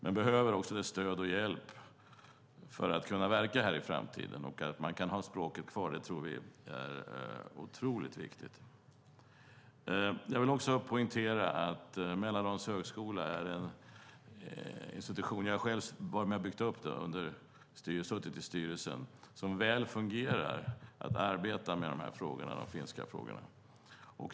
Men de behöver också stöd och hjälp för att kunna verka här i framtiden. Att de kan ha språket kvar tror vi är otroligt viktigt. Jag vill också poängtera att Mälardalens högskola är en institution som jag själv har varit med och byggt upp, och jag har suttit i styrelsen. Den fungerar väl när det gäller att arbeta med de finska frågorna.